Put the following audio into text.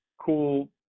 cool